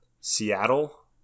Seattle